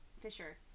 Fisher